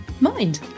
Mind